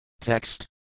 Text